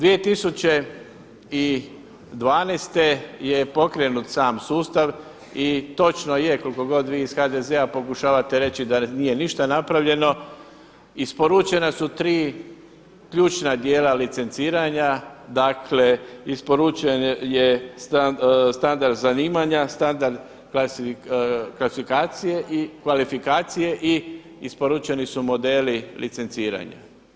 2012. je pokrenut sam sustav i točno je koliko god vi iz HDZ-a pokušavate reći da nije ništa napravljeno, isporučena su tri ključna dijela licenciranja, dakle isporučen je standard zanimanja, standard kvalifikacije i isporučeni su modeli licenciranja.